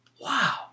Wow